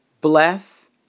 Bless